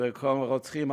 וכל הרוצחים,